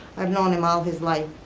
i've known him all his life.